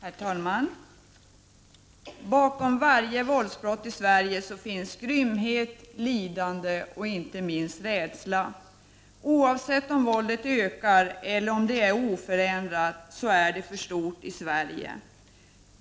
Herr talman! Bakom varje våldsbrott i Sverige finns grymhet, lidande och inte minst rädsla. Oavsett om våldet ökar eller är oförändrat är det för omfattande i Sverige.